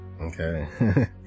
Okay